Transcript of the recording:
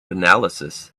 analysis